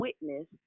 witness